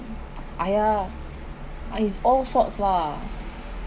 !aiya! ah it's all faults lah